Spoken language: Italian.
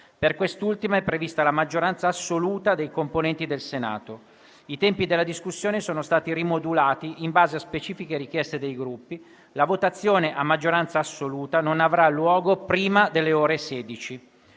Per quest'ultima è prevista la maggioranza assoluta dei componenti del Senato. I tempi della discussione sono stati rimodulati in base a specifiche richieste dei Gruppi. La votazione a maggioranza assoluta non avrà luogo prima delle ore 16.